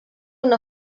una